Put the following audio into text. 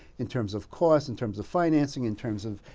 in terms of cost, in terms of financing, in terms of,